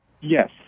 Yes